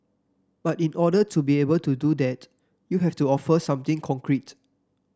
but in order to be able to do that you have to offer something concrete